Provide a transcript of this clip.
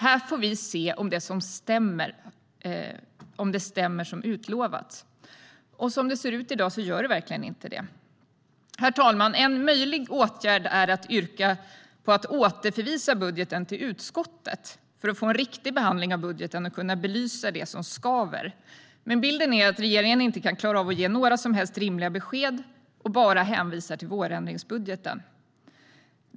Här får vi se om det som utlovats stämmer. Som det ser ut i dag gör det verkligen inte det. Herr talman! En möjlig åtgärd är att yrka på att budgeten ska återförvisas till utskottet för att vi ska få en riktig behandling av den och kunna belysa det som skaver. Men bilden är att regeringen inte kan klara av att ge några som helst rimliga besked och att man bara hänvisar till vårändringsbudgeten.